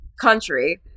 country